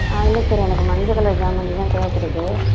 ஆ இல்லை சார் எனக்கு மஞ்சள் கலர் சாமந்தி தான் தேவைப்படுது